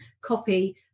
copy